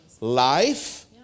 Life